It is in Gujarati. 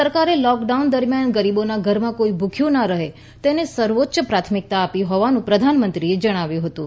સરકારે લૉકડાઉન દરમ્યાન ગરીબોના ઘરમાં કોઇ ભૂખ્યું ના રહે તેને સર્વોચ્ય પ્રાથમિક્તા આપી હોવાનું પ્રધાનમંત્રીએ જણાવ્યું હતું